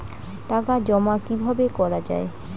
টাকা জমা কিভাবে করা য়ায়?